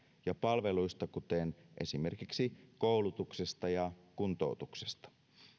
ja palveluista kuten esimerkiksi koulutuksesta ja kuntoutuksesta